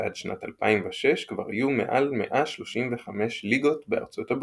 ועד שנת 2006 כבר היו מעל 135 ליגות בארצות הברית.